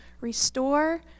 restore